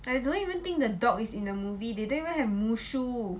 I don't even think the dog is in the movie they didn't even have mushu